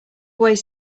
ways